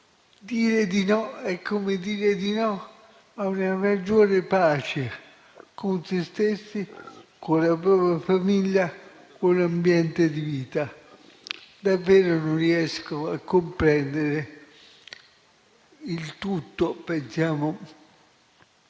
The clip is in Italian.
Dire di no è come dire di no a una maggiore pace con sé stessi, con la famiglia, con l'ambiente di vita. Davvero non riesco a comprendere. Come ha